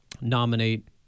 nominate